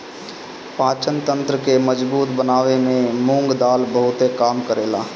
पाचन तंत्र के मजबूत बनावे में मुंग दाल बहुते काम करेला